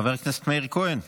חבר הכנסת מאיר כהן,